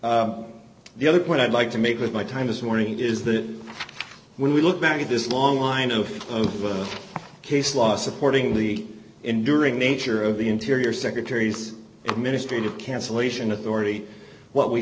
years the other point i'd like to make with my time this morning is that when we look back to this long line of case law supporting the enduring nature of the interior secretary's ministry to cancellation authority what we